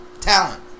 talent